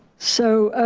so,